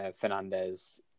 Fernandez